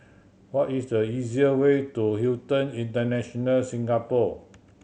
what is the easier way to Hilton International Singapore